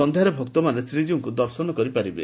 ସନ୍ଧ୍ୟାରେ ଭକ୍ତମାନେ ଶ୍ରୀଜୀଉଙ୍କ ଦର୍ଶନ କରିପାରିବେ